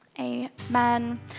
amen